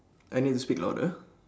I need to speak louder